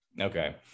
Okay